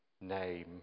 name